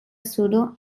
suro